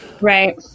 right